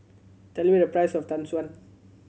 tell me the price of Tau Suan